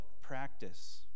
practice